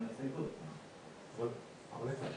את זה.